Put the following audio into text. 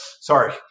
Sorry